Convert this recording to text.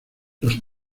los